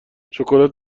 شکلات